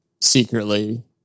secretly